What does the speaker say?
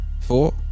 four